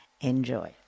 Enjoy